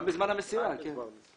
רק בזמן המסירה או באופן שוטף?